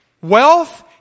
wealth